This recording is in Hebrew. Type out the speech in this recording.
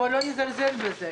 בואו לא נזלזל בזה.